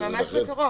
ממש בקרוב.